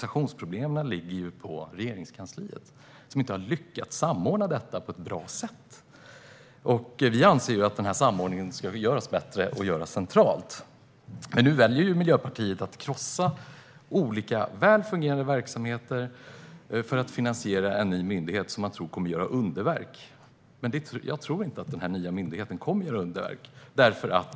De ligger på Regeringskansliet, som inte har lyckats samordna detta på ett bra sätt. Vi anser att samordningen ska göras bättre och att den ska göras centralt. Men nu väljer Miljöpartiet att krossa olika välfungerande verksamheter för att finansiera en ny myndighet som man tror kommer att göra underverk. Jag tror inte att den nya myndigheten kommer att göra underverk.